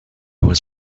was